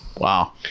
Wow